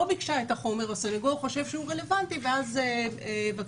ביקשה את החומר והסנגור חושב שהוא רלוונטי ואז יבקשו.